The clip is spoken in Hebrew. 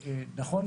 ונכון,